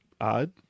odd